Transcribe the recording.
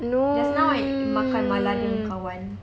no